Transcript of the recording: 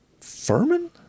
Furman